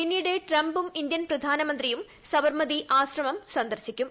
പിന്നീട് ട്രംപും ഇന്ത്യൻ പ്രധാനമന്ത്രിയും സബർമതി ആശ്രമം സന്ദർശിക്കും